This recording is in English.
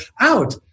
out